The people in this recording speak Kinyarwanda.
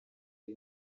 ari